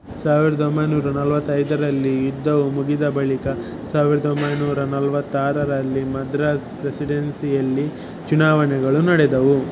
ಸಾವಿರದೊಂಬೈನೂರ ನಲ್ವತ್ತೈದರಲ್ಲಿ ಯುದ್ಧವು ಮುಗಿದ ಬಳಿಕ ಸಾವಿರದೊಂಬೈನೂರ ನಲ್ವತ್ತಾರರಲ್ಲಿ ಮದ್ರಾಸ್ ಪ್ರೆಸಿಡೆನ್ಸಿಯಲ್ಲಿ ಚುನಾವಣೆಗಳು ನಡೆದವು